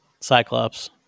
Cyclops